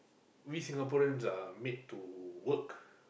we Singaporeans are made to work